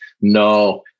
no